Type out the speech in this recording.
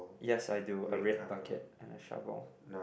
yes I do a red bucket and a shovel